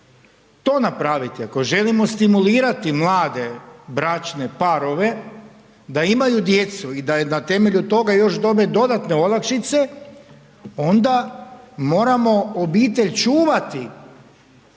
to napravite, ako želimo stimulirati mlade, bračne parove, da imaju djecu i da na temelju toga dobe još dodatne olakšice onda moramo obitelj čuvati